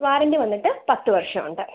warranty വന്നിട്ട് പത്ത് വർഷം ഉണ്ട്